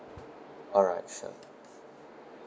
alright sure